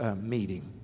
meeting